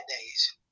days